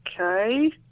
Okay